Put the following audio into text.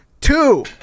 Two